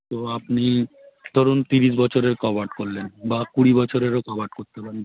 তো আপনি ধরুন তিরিশ বছরের কভার করলেন বা কুড়ি বছরেরও কভার করতে পারেন